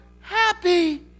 happy